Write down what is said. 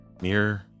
mirror